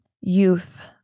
Youth